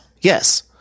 Yes